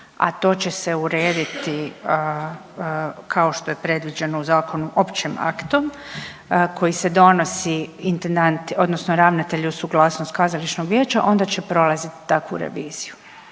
a to će se urediti kao što je predviđeno u zakonu općim aktom koji se donosi intendanti odnosno ravnatelji uz suglasnost kazališnog vijeća onda će prolaziti takvu reviziju.